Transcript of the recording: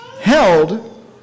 held